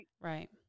Right